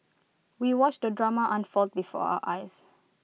we watched the drama unfold before our eyes